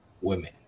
women